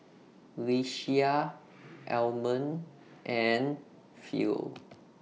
Ieshia Almon and Philo